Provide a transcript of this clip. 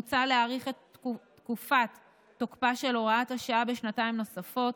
מוצע להאריך את תקופת תוקפה של הוראת השעה בשנתיים נוספות,